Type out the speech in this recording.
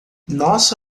nosso